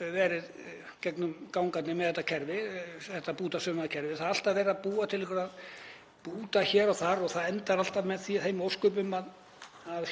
verið gegnumgangandi með þetta kerfi, þetta bútasaumaða kerfi. Það er alltaf verið að búa til einhverja búta hér og þar og það endar alltaf með þeim ósköpum að